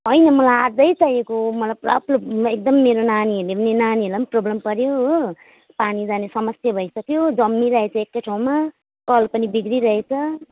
होइन मलाई आजै चाहिएको मलाई पुरा प्रब एकदम मेरो नानीहरूले पनि नानीहरूलाई पनि प्रोब्लम पर्यो हो पानी जाने समस्या भइसक्यो जम्मिरहेछ एकै ठाउँमा कल पनि बिग्रिरहेछ